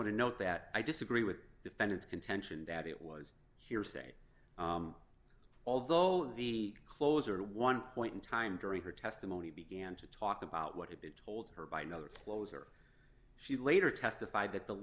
want to note that i disagree with defendants contention that it was hearsay although the closer to one point in time during her testimony began to talk about what had been told her by another closer she later testified that the